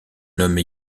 nomme